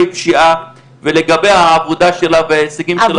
פשיעה ולגבי העבודה שלה וההישגים שלה.